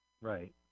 Right